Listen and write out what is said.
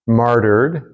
martyred